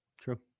true